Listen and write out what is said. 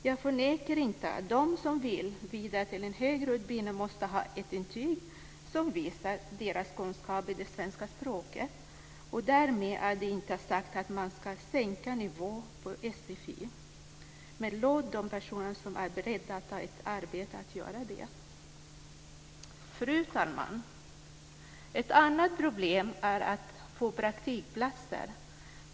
Jag förnekar inte att de som vill vidare till en högre utbildning måste ha ett intyg som visar deras kunskap i det svenska språket. Därmed är det inte sagt att man ska sänka nivån på sfi - men låt de personer som är beredda att ta ett arbete göra det! Fru talman! Ett annat problem är att få praktikplatser.